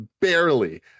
barely